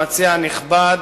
המציע הנכבד,